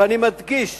ואני מדגיש